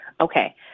Okay